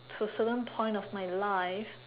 to certain point of my life